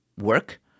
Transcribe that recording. work